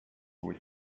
with